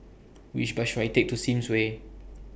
Which Bus should I Take to Sims Way